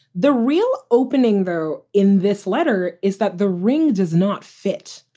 the real opening, though, in this letter is that the ring does not fit.